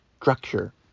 structure